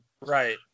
right